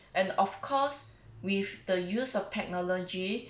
and of course with the use of technology